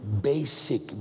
basic